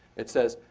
it says,